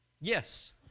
Yes